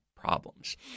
problems